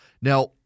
Now